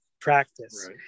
practice